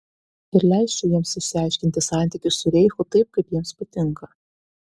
ir leisčiau jiems išsiaiškinti santykius su reichu taip kaip jiems patinka